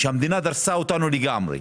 שהמדינה דרסה אותנו לגמרי.